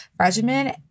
regimen